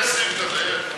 יש סעיף כזה.